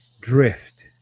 drift